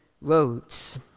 roads